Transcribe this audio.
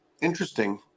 interesting